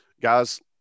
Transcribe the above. guys